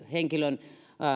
henkilön